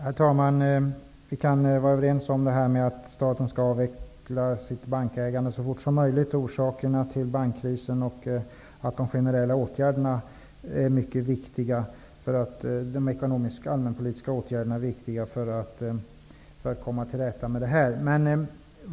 Herr talman! Vi kan vara överens om att staten skall avveckla sitt bankägande så fort som möjligt, om orsakerna till bankkrisen och om att de generella allmänpolitiska åtgärderna är mycket viktiga när det gäller att komma till rätta med problemet.